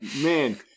man